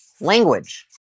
language